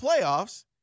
playoffs –